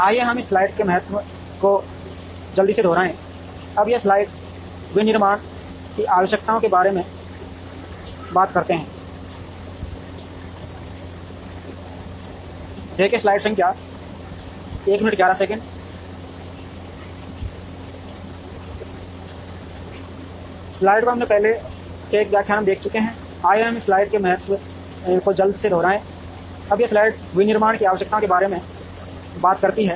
आइए हम इस स्लाइड के महत्व को जल्दी से दोहराएं अब यह स्लाइड विनिर्माण की आवश्यकताओं के बारे में बात करती है